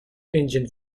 engine